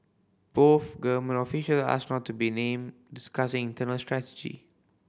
both government official asked not to be named discussing internal strategy